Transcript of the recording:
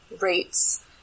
rates